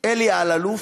אלי אלאלוף,